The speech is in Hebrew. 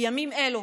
בימים אלו